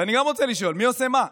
אני גם רוצה לשאול: מי עושה מה?